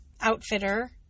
outfitter